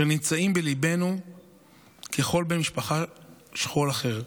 שנמצאים בליבנו ככל בן משפחה שכול אחר.